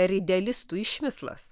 per idealistų išmislas